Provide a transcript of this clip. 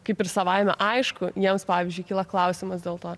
kaip ir savaime aišku jiems pavyzdžiui kyla klausimas dėl to